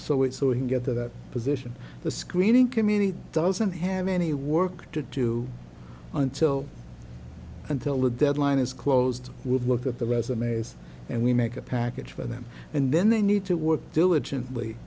to get to that position the screening community doesn't have any work to do until until the deadline is closed would look at the resumes and we make a package for them and then they need to work diligently